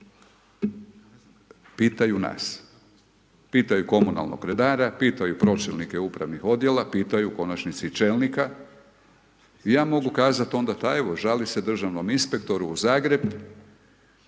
pitaju nas. Pitaju komunalnog redara, pitaju pročelnike upravnih odjela, pitaju u konačnici čelnika i ja mogu kazat onda ta evo žali se državnom inspektoru u Zagreb,